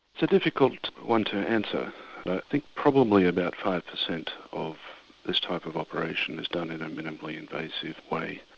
it's a difficult one to answer but i think probably about five percent of this type of operation is done in a minimally invasive way.